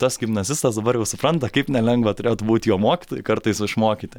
tas gimnazistas dabar jau supranta kaip nelengva turėtų būti jo mokytojai kartais išmokyti